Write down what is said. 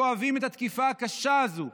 כואבים את התקיפה הקשה הזאת,